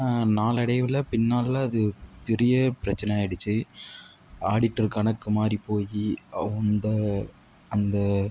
நாளடைவில் பின்னால் அது பெரிய பிரச்சனையாக ஆகிடுச்சி ஆடிட்டர் கணக்கு மாறி போய் அந்த அந்த